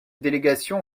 délégation